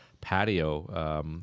patio